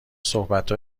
صحبت